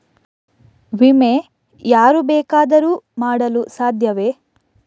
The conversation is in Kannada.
ವಿಮೆ ಯಾರು ಬೇಕಾದರೂ ಮಾಡಲು ಸಾಧ್ಯವೇ?